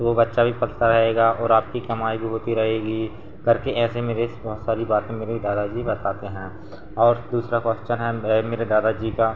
वह बच्चा भी पलता रहेगा और आपकी कमाई भी होती रहेगी घर के ऐसे मेरे बहुत सारी बातें मेरे दादा जी बताते हैं और दूसरा क्वेश्चन है मेरे दादा जी का